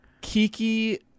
Kiki